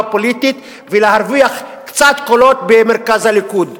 פוליטית ולהרוויח קצת קולות במרכז הליכוד.